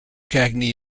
cagney